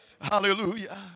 Hallelujah